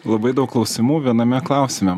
labai daug klausimų viename klausime